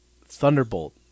thunderbolt